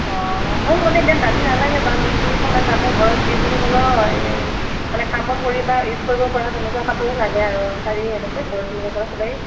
অ মোক মানে ইমান দামী নেলাগে বাৰু দুই তিনিশ মান দামৰ ঘৰত যিকোনো ধৰি লওক এই মানে কাম বন কৰি বা ইউজ কৰিব পৰা তেনেকুৱা কাপোৰে লাগে আৰু শাৰী এনেকৈ ঘৰত পিন্ধিব পৰা